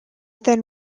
then